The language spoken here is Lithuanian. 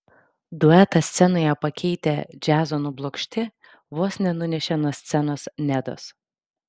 duetą scenoje pakeitę džiazo nublokšti vos nenunešė nuo scenos nedos